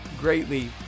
Greatly